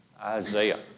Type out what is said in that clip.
Isaiah